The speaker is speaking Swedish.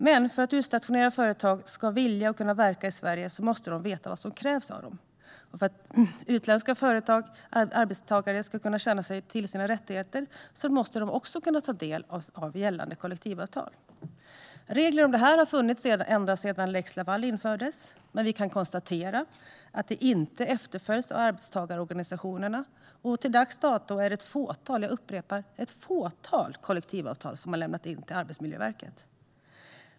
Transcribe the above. Men för att utstationerande företag ska vilja och kunna verka i Sverige måste de veta vad som krävs av dem, och för att utländska arbetstagare ska känna till sina rättigheter måste de kunna ta del av gällande kollektivavtal. Regler om detta har funnits sedan lex Laval infördes, men vi kan konstatera att de inte efterföljs av arbetstagarorganisationerna. Till dags dato är det ett fåtal - jag upprepar: ett fåtal - kollektivavtal som har lämnats in till Arbetsmiljöverket.